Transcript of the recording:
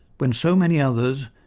when so many others,